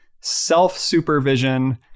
self-supervision